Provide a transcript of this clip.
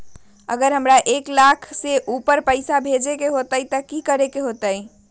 अगर हमरा एक लाख से ऊपर पैसा भेजे के होतई त की करेके होतय?